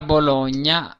bologna